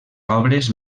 obres